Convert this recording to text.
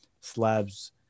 slabs